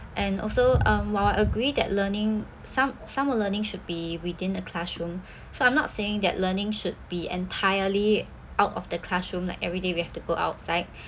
and also um while I agree that learning some some of learning should be within the classroom so I'm not saying that learning should be entirely out of the classroom that everyday we have to go outside